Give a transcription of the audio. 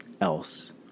else